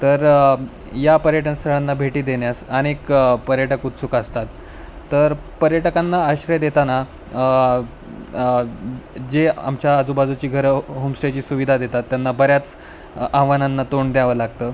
तर या पर्यटन स्थळांना भेटी देण्यास अनेक पर्यटक उत्सुक असतात तर पर्यटकांना आश्रय देताना जे आमच्या आजूबाजूची घरं होमस्टेची सुविधा देतात त्यांना बऱ्याच आव्हानांना तोंड द्यावं लागतं